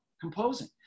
composing